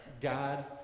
God